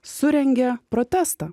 surengė protestą